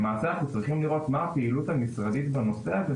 למעשה אנחנו צריכים לראות מה הפעילות המשרדית בנושא הזה,